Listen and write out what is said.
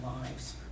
lives